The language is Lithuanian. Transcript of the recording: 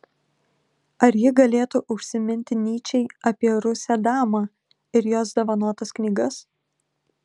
ar ji galėtų užsiminti nyčei apie rusę damą ir jos dovanotas knygas